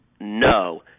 no